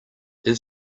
his